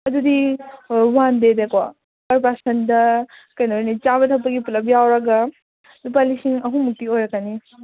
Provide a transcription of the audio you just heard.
ꯑꯗꯨꯗꯤ ꯋꯥꯟ ꯗꯦꯗꯀꯣ ꯋꯥꯟ ꯄꯥꯔꯁꯟꯗ ꯀꯩꯅꯣꯅꯤ ꯆꯥꯕ ꯊꯛꯄꯒꯤ ꯄꯨꯂꯞ ꯌꯥꯎꯔꯒ ꯂꯨꯄꯥ ꯂꯤꯁꯤꯡ ꯑꯍꯨꯝꯃꯨꯛꯇꯤ ꯑꯣꯏꯔꯛꯀꯅꯤ